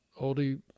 oldie